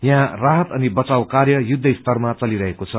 यहाँ राहत अनि बचाव कार्य युद्ध स्तरमा चलिरहेको छ